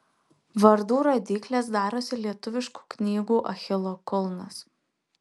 vardų rodyklės darosi lietuviškų knygų achilo kulnas